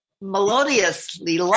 melodiously